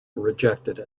rejected